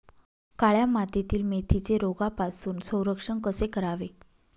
काळ्या मातीतील मेथीचे रोगापासून संरक्षण कसे करावे?